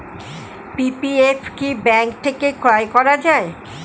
PPF কি bank থেকে ক্রয় করা যায়?